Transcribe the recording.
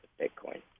Bitcoin